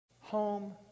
home